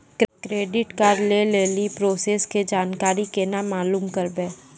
Credit card लय लेली process के जानकारी केना मालूम करबै?